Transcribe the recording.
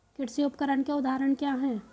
कृषि उपकरण के उदाहरण क्या हैं?